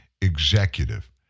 executive